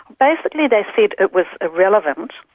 basically they said it was irrelevant,